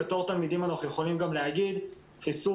בתור תלמידים אנחנו יכולים להגיד שחיסור